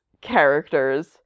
characters